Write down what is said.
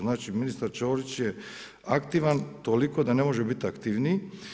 Znači ministar Čorić je aktivan, toliko da ne može biti aktivniji.